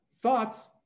Thoughts